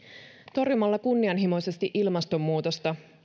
torjumalla kunnianhimoisesti ilmastonmuutosta